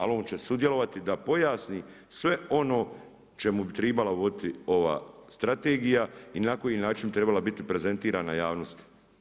Ali on će sudjelovati da pojasni sve ono čemu bi tribala voditi ova strategija i na koji način bi trebala biti prezentirana javnosti.